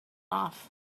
off